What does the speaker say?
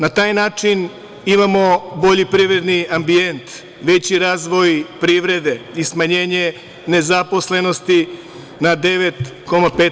Na taj način imamo bolji privredni ambijent, veći razvoj privrede i smanjenje nezaposlenosti na 9,5%